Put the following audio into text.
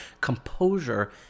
composure